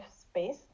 space